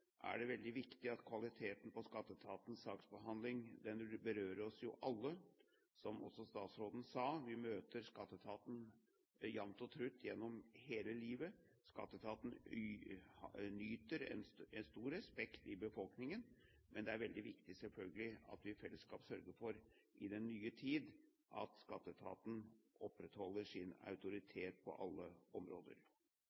er det veldig viktig at kvaliteten på skatteetatens saksbehandling er bra, for dette berører oss alle. Som også statsråden sa: Vi møter skatteetaten jevnt og trutt gjennom hele livet. Skatteetaten nyter stor respekt i befolkningen, men det er selvfølgelig veldig viktig at vi i fellesskap sørger for – i den nye tid – at skatteetaten opprettholder sin